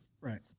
Right